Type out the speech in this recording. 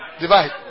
Divide